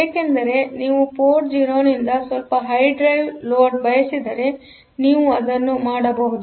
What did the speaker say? ಏಕೆಂದರೆ ನೀವು ಪೋರ್ಟ್ 0 ನಿಂದ ಸ್ವಲ್ಪ ಹೈ ಡ್ರೈವ್ ಲೋಡ್ ಬಯಸಿದರೆ ನೀವು ಅದನ್ನು ಮಾಡಬಹುದು